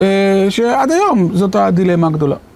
שעד היום זאת הדילמה הגדולה.